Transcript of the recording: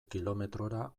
kilometrora